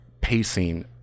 pacing